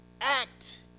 act